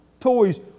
toys